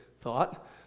thought